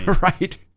Right